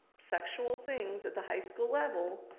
sexual things at the high school level,